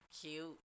Cute